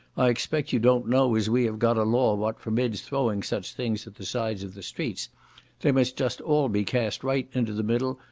i expect you don't know as we have got a law what forbids throwing such things at the sides of the streets they must just all be cast right into the middle,